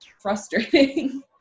frustrating